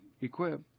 equip